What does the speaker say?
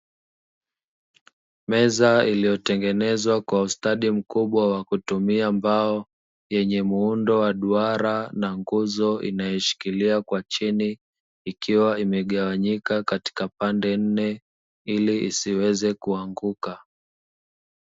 Meza iliyotengenezwa kwa ustadi mkubwa wa kutumia mbao yenye mundo wa duara, na nguzo inayoshikilia kwa chini ikiwa imegawanyika katika pande nne ili isiweze kuanguka.